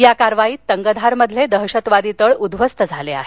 या कारवाईत तंगधारमधले दहशतवादी तळ उध्वस्त झाले आहेत